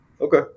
Okay